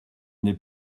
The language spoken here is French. n’est